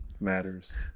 matters